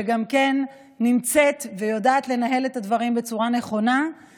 שגם נמצאת ויודעת לנהל את הדברים בצורה נכונה,